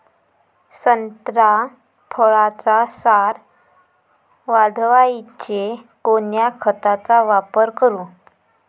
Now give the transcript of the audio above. संत्रा फळाचा सार वाढवायले कोन्या खताचा वापर करू?